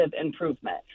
improvement